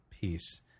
Peace